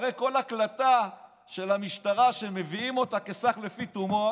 הרי כל הקלטה של המשטרה שמביאים אותה כשח לפי תומו,